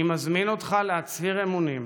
אני מזמין אותך להצהיר אמונים.